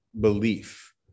belief